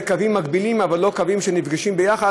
קווים מקבילים אבל לא קווים שנפגשים ביחד,